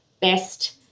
best